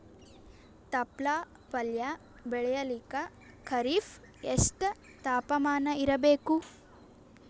ತೊಪ್ಲ ಪಲ್ಯ ಬೆಳೆಯಲಿಕ ಖರೀಫ್ ಎಷ್ಟ ತಾಪಮಾನ ಇರಬೇಕು?